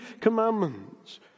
commandments